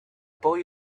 boy